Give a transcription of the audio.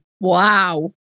wow